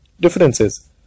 Differences